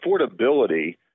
affordability